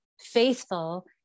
faithful